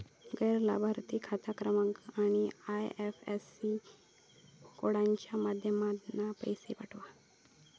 गैर लाभार्थिक खाता क्रमांक आणि आय.एफ.एस.सी कोडच्या माध्यमातना पैशे पाठव